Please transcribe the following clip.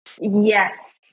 Yes